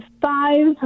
Five